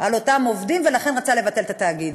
על אותם עובדים, ולכן הוא רצה לבטל את התאגיד.